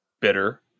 bitter